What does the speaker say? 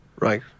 Right